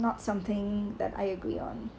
not something that I agree on